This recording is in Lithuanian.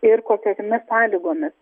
ir kokiomis sąlygomis